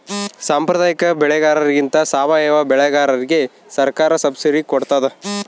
ಸಾಂಪ್ರದಾಯಿಕ ಬೆಳೆಗಾರರಿಗಿಂತ ಸಾವಯವ ಬೆಳೆಗಾರರಿಗೆ ಸರ್ಕಾರ ಸಬ್ಸಿಡಿ ಕೊಡ್ತಡ